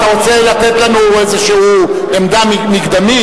נו, אז מה, אתה רוצה לתת לנו איזו עמדה מקדמית?